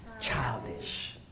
childish